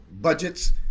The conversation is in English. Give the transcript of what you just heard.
budgets